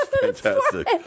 Fantastic